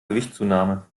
gewichtszunahme